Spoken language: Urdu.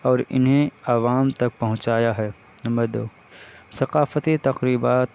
اور انہیں عوام تک پہنچایا ہے نمبر دو ثقافتی تقریبات